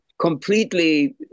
completely